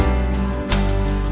and